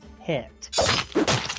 hit